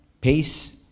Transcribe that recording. peace